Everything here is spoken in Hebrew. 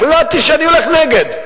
החלטתי שאני הולך נגד.